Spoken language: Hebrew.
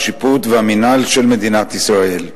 השיפוט והמינהל של מדינת ישראל.